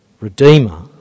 Redeemer